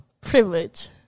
privilege